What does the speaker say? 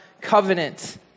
covenant